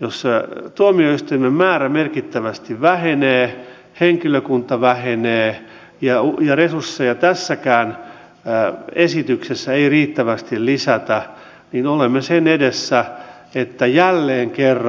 jos sä et tuo miesten määrä merkittävästi paljonko on arvioitu esimerkiksi tämmöisten ihan välttämättömien terveystarkastusten ja esityksessä ei riittävästi lisätä niin olemme sen edessä että välttämättömän terveydenhuollon